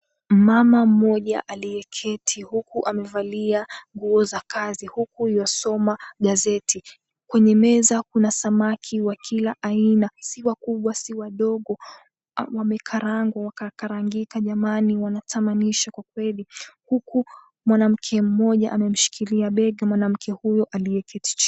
Mama mmoja aliyeketi huku, amevalia nguo za kazi, huku yuasoma gazeti. Kwenye meza, kuna samaki wa kila aina. Si wakubwa, si wadogo. Wamekarangwa wakakarangika jamani, wanatamanisha kwa kweli, huku, wanamke moja amemshkilia bega wanamke huyo aliyeketi chini.